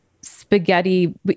spaghetti